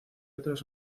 otras